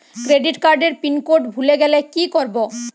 Credit কার্ডের pin code ভুলে গেলে কি করব?